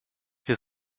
wir